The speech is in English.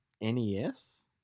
NES